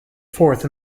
forth